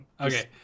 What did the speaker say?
Okay